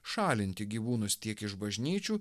šalinti gyvūnus tiek iš bažnyčių